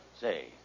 Say